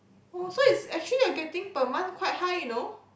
oh so is actually you're getting per month quite high you know